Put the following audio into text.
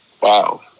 Wow